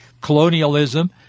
colonialism